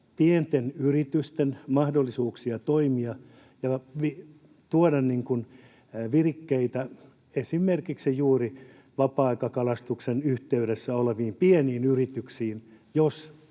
pienten yritysten mahdollisuuksia toimia ja tuoda virikeseteleitä esimerkiksi juuri vapaa-aikakalastuksen parissa oleviin pieniin yrityksiin,